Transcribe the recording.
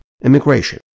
immigration